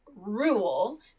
rule